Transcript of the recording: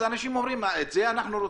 האנשים שואלים, את זה אנחנו רוצים?